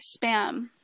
spam